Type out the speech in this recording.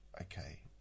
okay